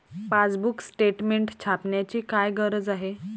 Passbook statement छापण्याची काय गरज आहे?